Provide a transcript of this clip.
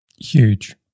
Huge